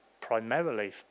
Primarily